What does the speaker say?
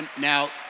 Now